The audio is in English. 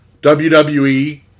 WWE